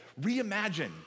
reimagine